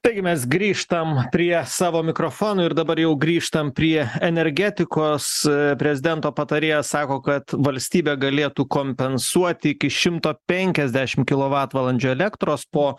taigi mes grįžtam prie savo mikrofonų ir dabar jau grįžtam prie energetikos prezidento patarėjas sako kad valstybė galėtų kompensuoti iki šimto penkiasdešimt kilovatvalandžių elektros po